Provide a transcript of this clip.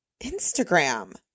Instagram